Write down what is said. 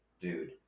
Dude